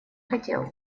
хотел